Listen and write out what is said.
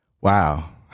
wow